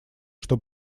что